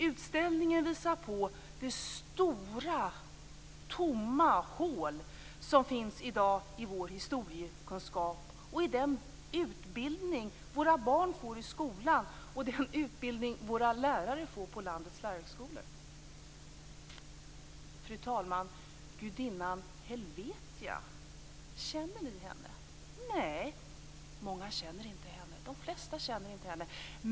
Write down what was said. Utställningen visar de stora, tomma hål som i dag finns i vår historiekunskap, i den utbildning våra barn får i skolan och i den utbildning våra lärare får på landets lärarhögskolor. Fru talman! Gudinnan Helvetia - känner ni henne? Nej, många känner inte henne. De flesta känner inte henne.